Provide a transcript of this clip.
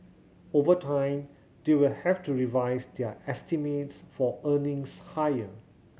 over time they will have to revise their estimates for earnings higher